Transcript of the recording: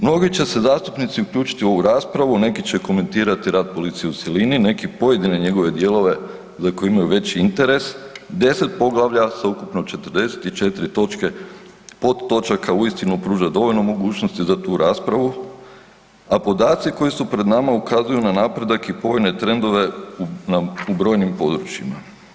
Mnogi će se zastupnici uključiti u ovu raspravu, neki će komentirati rad policije u cjelini, neki pojedine njegove dijelove za koje imaju veći interes, 10 poglavlja sa ukupno 44 točke, podtočaka uistinu pruža dovoljno mogućnosti za tu raspravu, a podaci koji su pred nama ukazuju na napredak i povoljne trendove u brojnim područjima.